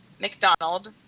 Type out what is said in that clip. McDonald